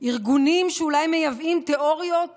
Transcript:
ארגונים שאולי מייבאים תיאוריות